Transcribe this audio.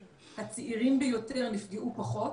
הצעירים ביותר נפגעו פחות